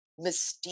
mystique